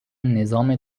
نظام